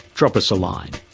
drop us a line.